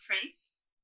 prince